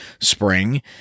spring